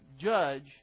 judge